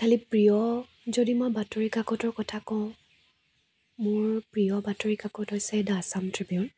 খালি প্ৰিয় যদি মই বাতৰি কাকতৰ কথা কওঁ মোৰ প্ৰিয় বাতৰি কাকত হৈছে দ্য আছাম ট্ৰিবিউন